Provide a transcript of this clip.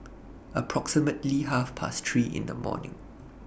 approximately Half Past three in The morning